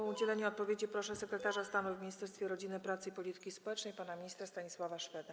O udzielenie odpowiedzi proszę sekretarza stanu w Ministerstwie Rodziny, Pracy i Polityki Społecznej pana ministra Stanisława Szweda.